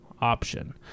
option